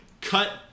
cut